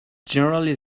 generally